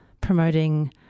Promoting